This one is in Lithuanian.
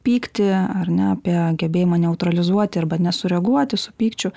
pyktį ar ne apie gebėjimą neutralizuoti arba nesureaguoti su pykčiu